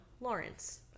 Lawrence